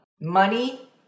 Money